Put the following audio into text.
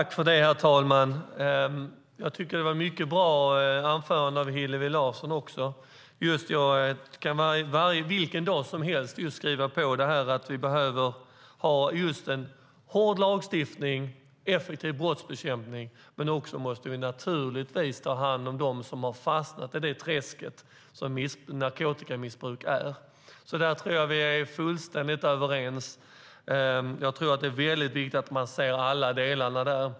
Herr talman! Hillevi Larssons anförande var mycket bra. Jag kan vilken dag som helst skriva under på att vi behöver en hård lagstiftning och en effektiv brottsbekämpning. Men naturligtvis måste vi också ta hand om dem som har fastnat i det träsk som narkotikamissbruk innebär. Där tror jag att vi är fullständigt överens. Det är viktigt att se alla delarna där.